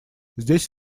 здесь